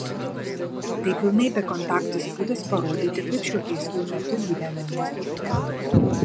tai pilnai bekontaktis būdas parodyti kaip šiuo keistu metu gyvena miestų gyventojai